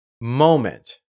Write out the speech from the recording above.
moment